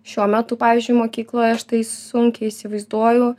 šiuo metu pavyzdžiui mokykloj aš tai sunkiai įsivaizduoju